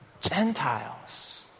Gentiles